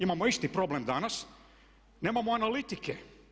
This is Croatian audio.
Imamo isti problem danas, nemamo analitike.